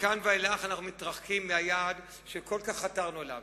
מכאן ואילך אנחנו מתרחקים מהיעד שכל כך חתרנו אליו.